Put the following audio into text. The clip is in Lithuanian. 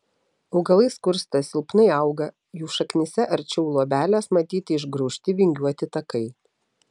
augalai skursta silpnai auga jų šaknyse arčiau luobelės matyti išgraužti vingiuoti takai